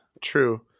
true